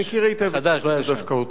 החדש, לא הישן.